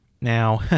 Now